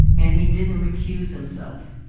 and he didn't recuse himself.